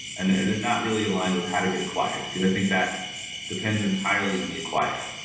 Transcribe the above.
and and and not really aligned with how to get acquired, because i think that depends entirely on the acquirer.